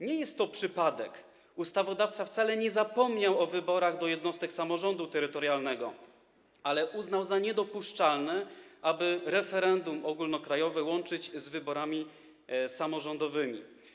Nie jest to przypadek, ustawodawca wcale nie zapomniał o wyborach do jednostek samorządu terytorialnego, ale uznał za niedopuszczalne, aby referendum ogólnokrajowe łączyć z wyborami samorządowymi.